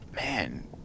Man